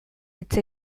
hitz